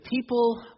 people